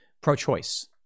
pro-choice